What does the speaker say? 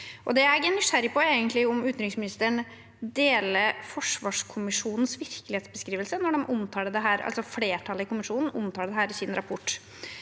Det jeg er nysgjerrig på, er om utenriksministeren deler forsvarskommisjonens virkelighetsbeskrivelse når de, altså flertallet i kommisjonen, omtaler dette i sin rapport.